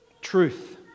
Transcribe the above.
Truth